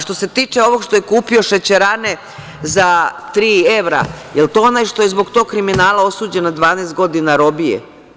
Što se tiče ovog što je kupio šećerane za tri evra, jel to onaj što je zbog tog kriminala osuđen na 12 godina robije?